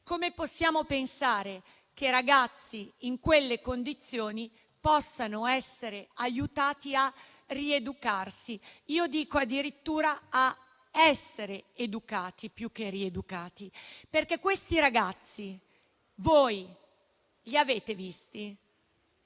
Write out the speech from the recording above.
come possiamo pensare che ragazzi in quelle condizioni possano essere aiutati a rieducarsi (io dico addirittura a essere educati, più che rieducati)? Questi ragazzi li avete visti?